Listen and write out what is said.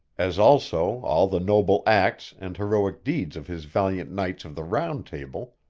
as also, all the noble acts, and heroicke deeds of his valiant knights of the round table,